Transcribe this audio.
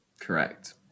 correct